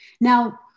Now